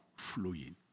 flowing